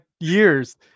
years